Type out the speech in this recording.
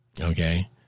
Okay